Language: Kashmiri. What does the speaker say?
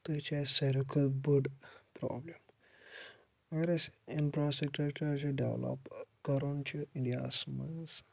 تہٕ چھِ اَسہِ ساروی کھۄت بٔڑ پرٛابلِم اَگر اَسہِ اِنفرٛاسٕٹرَکچَر چھُ ڈٮ۪ولَپ کَرُن چھُ اِنٛڈیاہَس منٛز